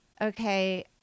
okay